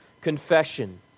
confession